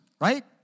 right